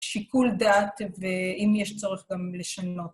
שיקול דעת ואם יש צורך גם לשנות.